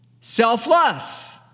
Selfless